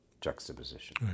juxtaposition